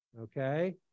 okay